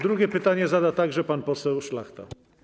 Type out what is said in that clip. Drugie pytanie zada także pan poseł Szlachta.